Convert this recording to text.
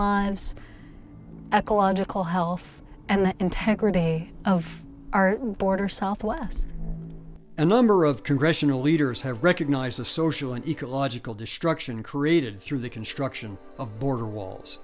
lives ecological health and integrity of our border southwest a number of congressional leaders have recognized the social and ecological destruction created through the construction of border walls